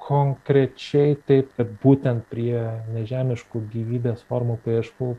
konkrečiai taip kad būtent prie nežemiškų gyvybės formų paieškų